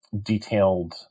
detailed